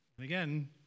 Again